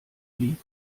lieb